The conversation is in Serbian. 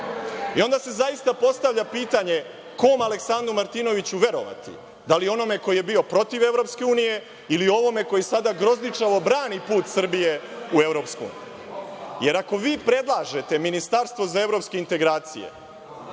I onda se zaista postavlja pitanje – kom Aleksandru Martinoviću verovati? Da li onome koji je bio protiv Evropske unije, ili ovome koji sada grozničavo brani put Srbije? Jer, ako vi predlažete ministarstvo za evropske integracije,